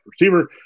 receiver